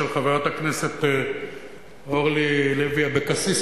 של חברת הכנסת אורלי לוי אבקסיס,